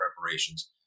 preparations